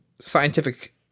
scientific